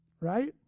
Right